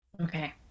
okay